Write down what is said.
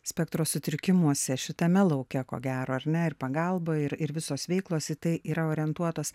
spektro sutrikimuose šitame lauke ko gero ar ne ir pagalba ir ir visos veiklos į tai yra orientuotos